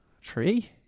tree